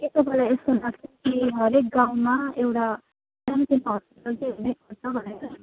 के तपाईँलाई यस्तो लाग्छ कि हरेक गाउँमा एउटा सानो सानो हस्पिटल चाहिँ हुनै पर्छ भनेर